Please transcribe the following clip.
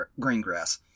Greengrass